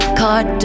card